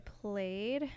played